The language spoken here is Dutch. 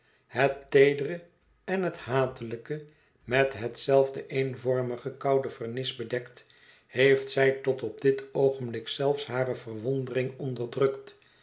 het teedere en het hatelijke met hetzelfde eenvormige koude vernis bedekt heeft zij tot op dit oogenblik zelfs hare verwondering onderdrukt